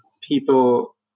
people